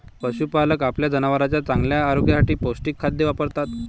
पशुपालक आपल्या जनावरांच्या चांगल्या आरोग्यासाठी पौष्टिक खाद्य वापरतात